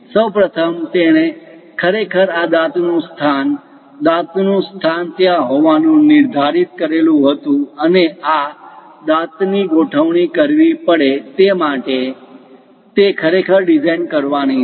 સૌ પ્રથમ તેણે ખરેખર આ દાંત નું સ્થાન દાંતનું સ્થાન ત્યાં હોવાનું નિર્ધારિત કરેલ હતું અને આ દાંતની ગોઠવણી કરવી પડે તે માટે તે ખરેખર ડિઝાઇન કરવાની છે